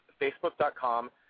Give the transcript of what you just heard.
facebook.com